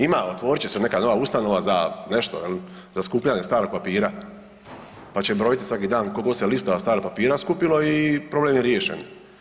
Ima, otvorit će se neka nova ustanova za nešto, je li, za skupljanje starog papira pa će brojiti svaki dan koliko se listova starog papira skupilo i problem je riješen.